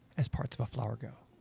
as parts of a flower go.